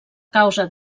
causa